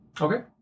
Okay